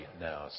now